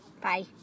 Bye